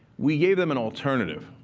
we gave them an alternative.